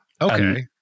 Okay